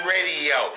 Radio